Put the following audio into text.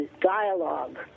dialogue